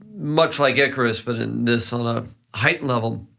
much like icarus, but in this sort of heightened level,